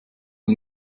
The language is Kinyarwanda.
uyu